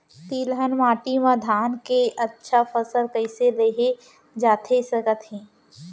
तिलहन माटी मा धान के अच्छा फसल कइसे लेहे जाथे सकत हे?